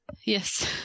Yes